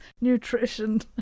nutrition